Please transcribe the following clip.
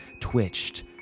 twitched